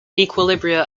equilibria